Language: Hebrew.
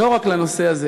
לא רק לנושא הזה.